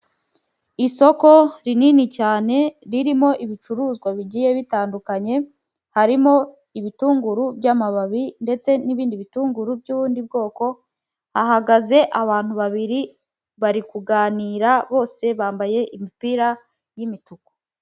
Isoko rinini cyane ririmo ibicuruzwa bigiye bitandukanye harimo ibitunguru by'amababi ndetse n'ibindi bitunguru by'ubundi bwoko, hahagaze abantu babiri bari kuganira bose bambaye imipira y'imituku.